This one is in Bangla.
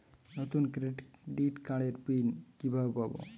নতুন ক্রেডিট কার্ডের পিন কোড কিভাবে পাব?